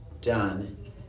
done